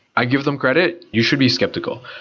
i give them credit, you should be skeptical.